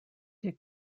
des